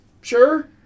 sure